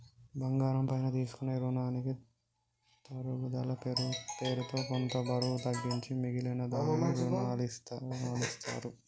బంగారం పైన తీసుకునే రునాలకి తరుగుదల పేరుతో కొంత బరువు తగ్గించి మిగిలిన దానికి రునాలనిత్తారు